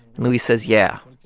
luis says yeah.